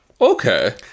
Okay